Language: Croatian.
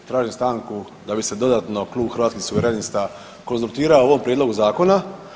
Tražim stanku da bi se dodatno Klub Hrvatskih suverenista konzultirao o ovom prijedlogu zakona.